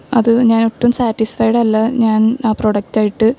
അത് ഞാനൊട്ടും സ്റ്റാറ്റിസ്ഫീഡ് അല്ല ഞാൻ ആ പ്രൊഡക്റ്റായിട്ട്